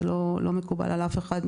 זה לא מקובל על אף אחד,